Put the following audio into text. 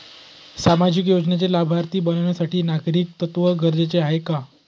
सामाजिक योजनेचे लाभार्थी बनण्यासाठी नागरिकत्व गरजेचे आहे का?